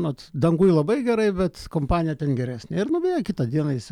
mat danguj labai gerai bet kompanija ten geresnė ir nuvėjo kitą dieną jis